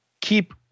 keep